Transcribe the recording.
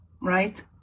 right